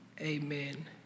Amen